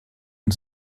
and